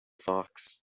fox